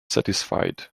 satisfied